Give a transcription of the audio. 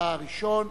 אתה הראשון.